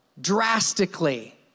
drastically